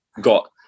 got